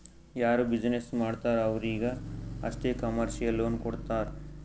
ಯಾರು ಬಿಸಿನ್ನೆಸ್ ಮಾಡ್ತಾರ್ ಅವ್ರಿಗ ಅಷ್ಟೇ ಕಮರ್ಶಿಯಲ್ ಲೋನ್ ಕೊಡ್ತಾರ್